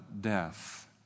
death